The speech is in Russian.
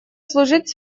служить